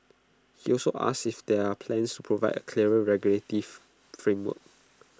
he also asked if there are plans to provide A clearer regulatory framework